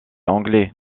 anglais